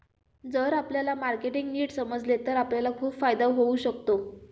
जर आपल्याला मार्केटिंग नीट समजले तर आपल्याला खूप फायदा होऊ शकतो